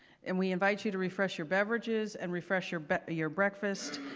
and we invite you to refresh your beverages and refresh your but your breakfast.